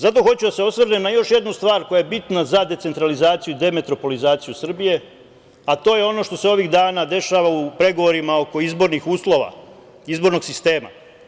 Zato hoću da se osvrnem na još jednu stvar koja je bitna za decentralizaciju i demetropolizaciju Srbije, a to je ono što se ovih dana dešava u pregovorima oko izbornih uslova, izbornog sistema.